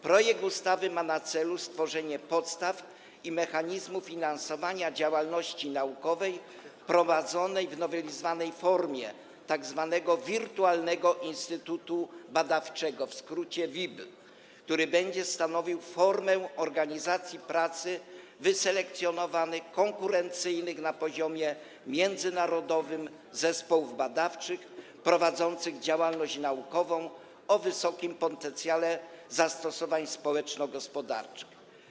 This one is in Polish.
Projekt ustawy ma na celu stworzenie podstaw i mechanizmu finansowania działalności naukowej prowadzonej w znowelizowanej formie tzw. wirtualnego instytutu badawczego, w skrócie WIB, który będzie stanowił formę organizacji pracy wyselekcjonowanych, konkurencyjnych na poziomie międzynarodowym zespołów badawczych prowadzących działalność naukową o wysokim potencjale zastosowań społeczno-gospodarczych.